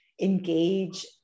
engage